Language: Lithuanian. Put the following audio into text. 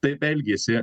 taip elgėsi